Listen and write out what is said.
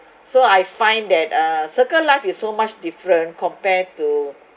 so I find that uh circle life is so much different compared to